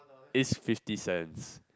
is fifty cents